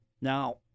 Now